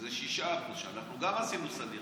שזה 6%. גם אנחנו עשינו סדיר,